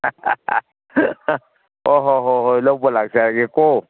ꯍꯣꯏ ꯍꯣꯏ ꯍꯣꯏ ꯍꯣꯏ ꯂꯧꯕ ꯂꯥꯛꯆꯔꯒꯦꯀꯣ